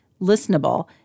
listenable